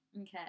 Okay